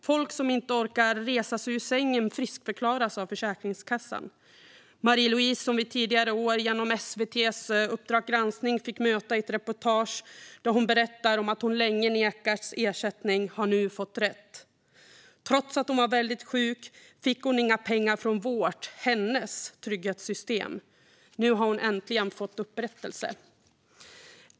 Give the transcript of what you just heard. Folk som inte orkar resa sig ur sängen friskförklaras av Försäkringskassan. Marie-Louise, som vi tidigare i år fick möta genom ett reportage i tv:s Uppdrag granskning där hon berättade att hon länge nekats ersättning, har nu fått rätt. Trots att hon var väldigt sjuk fick hon inga pengar från vårt, sitt, trygghetssystem. Nu har hon äntligen fått upprättelse.